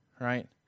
right